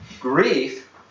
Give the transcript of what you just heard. grief